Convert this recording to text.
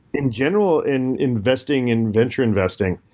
in general, in investing in venture investing,